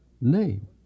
name